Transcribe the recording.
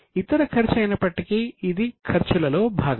ఇతర ఖర్చు అయినప్పటికీ ఇది ఖర్చుల లో భాగం